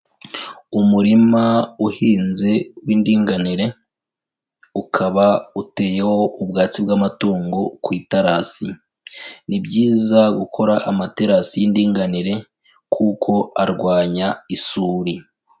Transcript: Umurima uhinze w'indinganire, ukaba uteyeho ubwatsi bw'amatungo ku itarasi. Ni byiza gukora amaterasi y'indinganire kuko arwanya isuri.